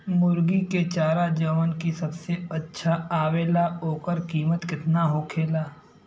मुर्गी के चारा जवन की सबसे अच्छा आवेला ओकर कीमत केतना हो सकेला?